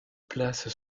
place